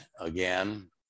again